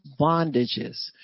bondages